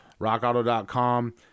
Rockauto.com